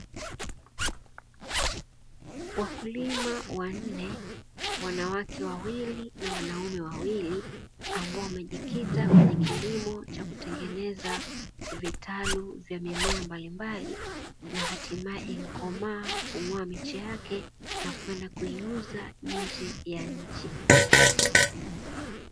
Wakulima wanne, wanawake wawili na wanaume wawili ambao wamejikita kwenye kilimo cha kutengeneza vitalu vya mimea mbalimbali, na hatimae imekomaa kung’oa miche yake na kwenda kuiuza nje ya nchi.